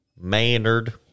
Maynard